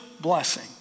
blessing